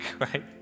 right